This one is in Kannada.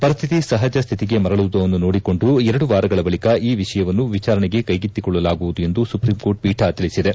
ಪರಿಸ್ಥಿತಿ ಸಹಜ ಸ್ಥಿತಿಗೆ ಮರಳುವುದನ್ನು ನೋಡಿಕೊಂಡು ಎರಡು ವಾರಗಳ ಬಳಿಕ ಈ ವಿಷಯವನ್ನು ವಿಚಾರಣೆಗೆ ಕೈಗೆತ್ತಿಕೊಳ್ಳಲಾಗುವುದು ಎಂದು ಸುಪ್ರೀಂ ಕೋರ್ಟ್ ಪೀಠ ತಿಳಿಸಿದೆ